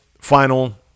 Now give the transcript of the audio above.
final